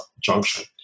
junction